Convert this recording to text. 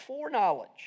foreknowledge